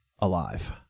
alive